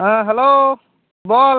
হ্যাঁ হ্যালো বল